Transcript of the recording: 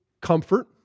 comfort